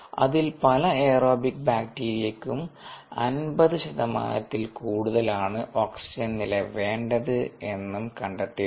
അതിൽ പല എയറോബിക് ബാക്ടീരിയക്കും 50 ശതമാനത്തിൽ കൂടുതൽ ആണ് ഓക്സിജൻ നില വേണ്ടത് എന്നും കണ്ടെത്തിയിട്ടുണ്ട്